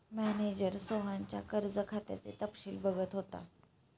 manager रोहनच्या कर्ज खात्याचे तपशील बघत होता